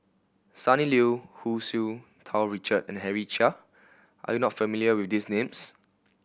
Sonny Liew Hu Tsu Tau Richard and Henry Chia are you not familiar with these names